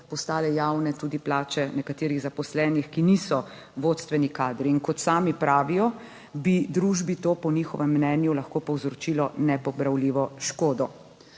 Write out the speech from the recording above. postale javne tudi plače nekaterih zaposlenih, ki niso vodstveni kadri, in kot sami pravijo, bi družbi to po njihovem mnenju lahko povzročilo nepopravljivo škodo.